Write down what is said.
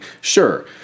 Sure